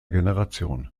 generation